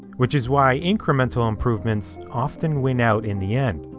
which is why incremental improvements often win out in the end.